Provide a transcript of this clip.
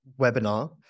webinar